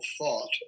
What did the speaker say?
thought